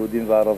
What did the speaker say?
יהודים וערבים.